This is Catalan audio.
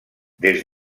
des